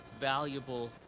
valuable